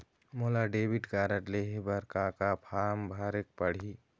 मोला debit card लेहे बर का का फार्म भरेक पड़ही?